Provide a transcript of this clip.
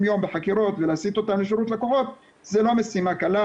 יום בחקירות לשירות לקוחות זה לא משימה קלה,